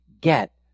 get